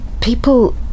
people